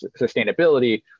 sustainability